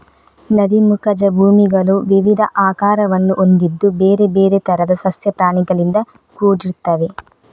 ನದಿ ಮುಖಜ ಭೂಮಿಗಳು ವಿವಿಧ ಆಕಾರವನ್ನು ಹೊಂದಿದ್ದು ಬೇರೆ ಬೇರೆ ತರದ ಸಸ್ಯ ಪ್ರಾಣಿಗಳಿಂದ ಕೂಡಿರ್ತವೆ